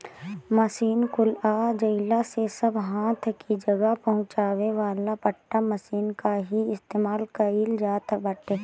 machine कुल आ जइला से अब हाथ कि जगह पहुंचावे वाला पट्टा मशीन कअ ही इस्तेमाल कइल जात बाटे